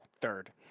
third